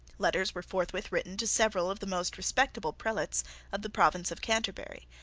letters were forthwith written to several of the most respectable prelates of the province of canterbury,